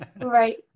Right